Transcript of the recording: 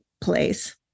place